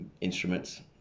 instruments